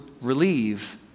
relieve